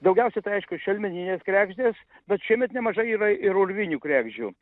daugiausia tai aišku šelmeninės kregždės bet šiemet nemažai yra ir urvinių kregždžių